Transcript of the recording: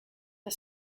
the